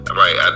right